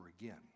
again